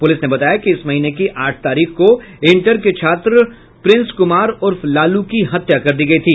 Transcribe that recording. police ने बताया कि इस महीने की आठ तारीख को इंटर के छात्र प्रिंस कुमार उर्फ लालू की हत्या कर दी गयी थी